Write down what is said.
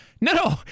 No